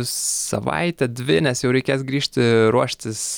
savaitę dvi nes jau reikės grįžti ruoštis